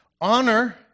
Honor